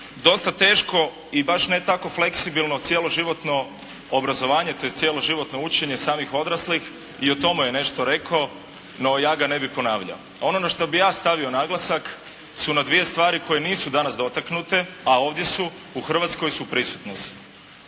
dosta teško i baš ne tako fleksibilno cjeloživotno obrazovanje tj. cjeloživotno učenje samih odraslih, i o tome je nešto rekao no ja ga ne bih ponavljao. Ono na što bih ja stavio naglasak su dvije stvari koje nisu danas dotaknute a ovdje su, u Hrvatskoj su prisutnost.